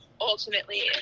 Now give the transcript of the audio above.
ultimately